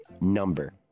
number